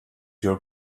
your